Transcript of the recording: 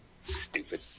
Stupid